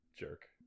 jerk